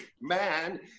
man